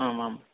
आम् आम्